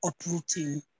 uprooting